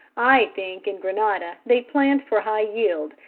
i think in grenada they plant for high yield,